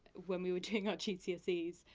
when we were doing our gcses,